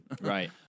Right